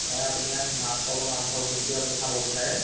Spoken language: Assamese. হয় আপুনি ইয়াত মাছ পাব মাংস যোনটোৱে আপুনি খাব বিচাৰে